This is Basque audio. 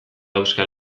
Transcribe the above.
euskal